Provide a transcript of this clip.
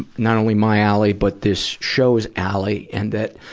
not only my alley, but this show's alley. and that,